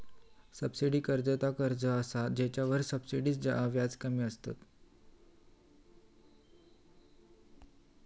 subsidy कर्ज ता कर्ज असा जेच्यावर सब्सिडीन व्याज कमी करतत